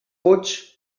fuig